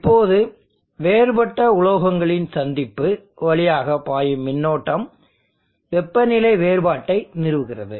இப்போது வேறுபட்ட உலோகங்களின் சந்திப்பு வழியாக பாயும் மின்னோட்டம் வெப்பநிலை வேறுபாட்டை நிறுவுகிறது